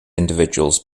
individuals